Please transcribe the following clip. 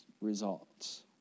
results